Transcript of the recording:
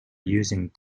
using